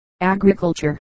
Agriculture